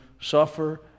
suffer